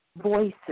voices